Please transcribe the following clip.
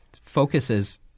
focuses